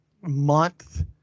month